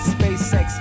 SpaceX